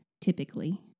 typically